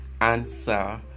answer